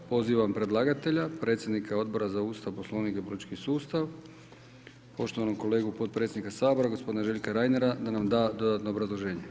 Pozivam predlagatelja, predsjednika Odbora za Ustav, Poslovnik i politički sustav, poštovanog kolegu potpredsjednika sabora gospodina Želja Reinera da nam da dodatno obrazloženje.